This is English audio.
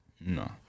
No